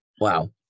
Wow